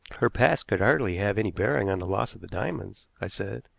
her past could hardly have any bearing on the loss of the diamonds, i said.